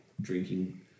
drinking